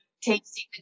tasting